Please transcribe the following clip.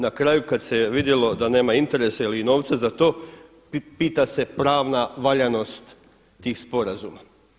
Na kraju kad se vidjelo da nema interesa ili novca za to pita se pravna valjanost tih sporazuma.